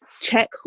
check